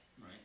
Right